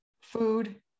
food